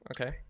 okay